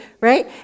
Right